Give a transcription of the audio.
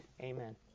amen